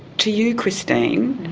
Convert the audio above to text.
to you, christine.